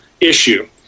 issue